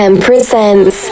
presents